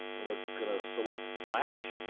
and we're gonna select flash.